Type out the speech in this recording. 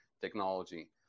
technology